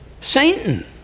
Satan